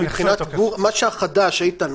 מה שהחדש, איתן.